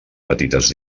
petites